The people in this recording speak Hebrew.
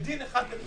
שיהיה דין אחד לכולם.